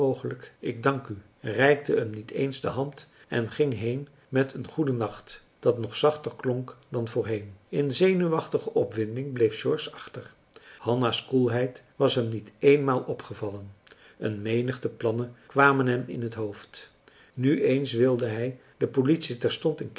ik dank u reikte hem niet eens de hand en ging heen met een goeden nacht dat nog zachter klonk dan voorheen in zenuwachtige opwinding bleef george achter hanna's koelheid was hem niet eenmaal opgevallen een menigte plannen kwamen hem in t hoofd nu eens wilde hij de politie